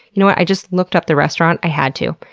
you know i just looked up the restaurant. i had to.